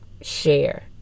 share